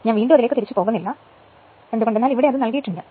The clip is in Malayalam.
ഞാൻ വീണ്ടും അതിലേക്ക് തിരികെ പോകുന്നില്ല നോക്കൂ ഇവിടെ അത് നൽകിയിരിക്കുന്നു